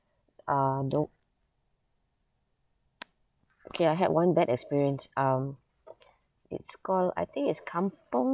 um nope okay I had one bad experience um it's called I think it's kampung